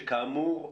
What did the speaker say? שכאמור,